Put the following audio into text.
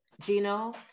Gino